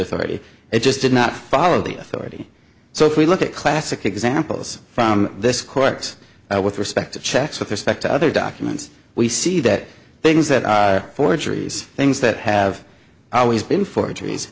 authority it just did not follow the authority so if we look at classic examples from this court with respect to checks with respect to other documents we see that things that are forgeries things that have always been forgeries